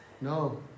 No